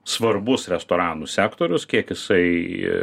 svarbus restoranų sektorius kiek jisai